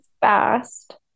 fast